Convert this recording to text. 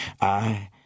I